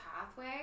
pathway